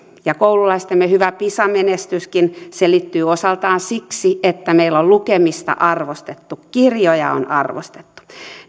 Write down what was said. ja koululaistemme hyvä pisa menestyskin selittyy osaltaan siksi että meillä on lukemista arvostettu kirjoja on arvostettu